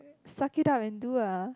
suck it up and do ah